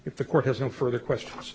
if the court has no further questions